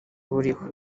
buriho